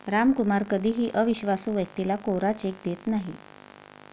रामकुमार कधीही अविश्वासू व्यक्तीला कोरा चेक देत नाही